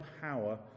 power